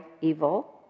evil